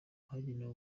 hagenewe